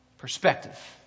Perspective